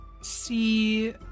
see